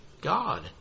God